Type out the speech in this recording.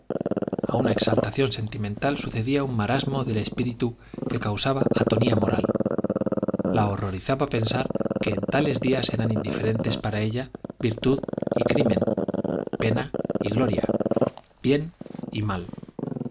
a una exaltación sentimental sucedía un marasmo del espíritu que causaba atonía moral la horrorizaba pensar que en tales días eran indiferentes para ella virtud y crimen pena y gloria bien y mal